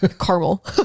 Caramel